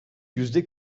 yüzde